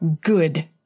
good